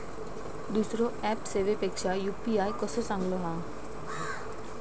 दुसरो ऍप सेवेपेक्षा यू.पी.आय कसो चांगलो हा?